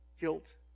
Guilt